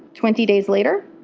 twenty days later,